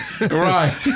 Right